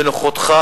בנוכחותך,